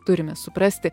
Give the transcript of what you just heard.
turime suprasti